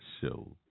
show